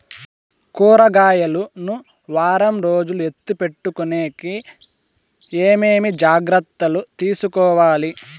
కూరగాయలు ను వారం రోజులు ఎత్తిపెట్టుకునేకి ఏమేమి జాగ్రత్తలు తీసుకొవాలి?